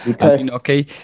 Okay